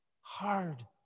hard